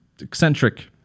eccentric